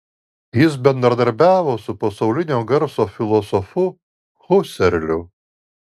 jis bendradarbiavo su pasaulinio garso filosofu huserliu